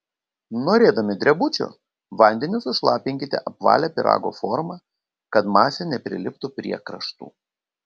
norėdami drebučių vandeniu sušlapinkite apvalią pyrago formą kad masė nepriliptų prie kraštų